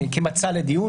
כמצע לדיון,